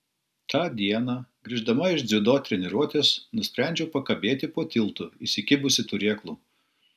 tą dieną grįždama iš dziudo treniruotės nusprendžiau pakabėti po tiltu įsikibusi turėklų